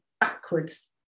backwards